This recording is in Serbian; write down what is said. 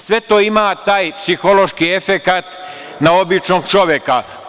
Sve to ima taj psihološki efekat na običnog čoveka.